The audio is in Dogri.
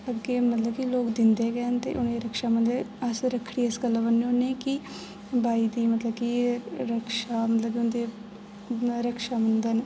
अग्गें मतलब की लोक दिंदे गै न ते उ'नें ई रक्षा मतलब की अस रक्खड़ी इस गल्ला बनने होने आं की भाई दी मतलब की रक्षा मतलब उं'दे रक्षाबंधन